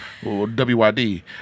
WYD